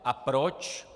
A proč?